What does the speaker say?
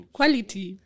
Quality